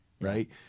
Right